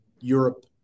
Europe